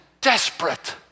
desperate